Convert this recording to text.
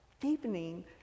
deepening